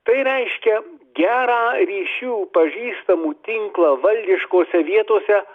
tai reiškia gerą ryšių pažįstamų tinklą valdiškose vietose